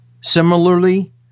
Similarly